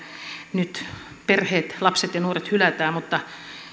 nyt perheet lapset ja nuoret hylätään mutta